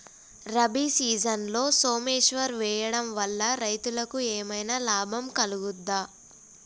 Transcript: రబీ సీజన్లో సోమేశ్వర్ వేయడం వల్ల రైతులకు ఏమైనా లాభం కలుగుద్ద?